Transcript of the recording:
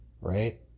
right